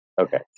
Okay